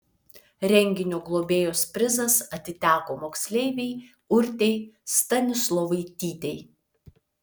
renginio globėjos prizas atiteko moksleivei urtei stanislovaitytei